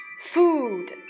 food